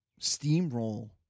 steamroll